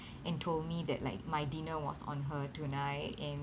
and told me that like my dinner was on her tonight and